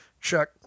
check